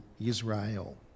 Israel